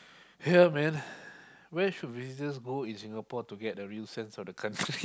here man where should visitors go in Singapore to get the real sense of the country